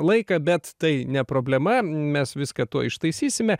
laiką bet tai ne problema mes viską ištaisysime